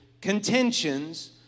contentions